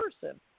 person